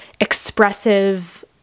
expressive